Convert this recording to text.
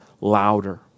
louder